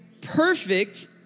perfect